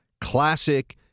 classic